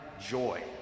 joy